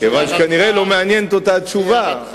כנראה שלא מעניינת אותה התשובה.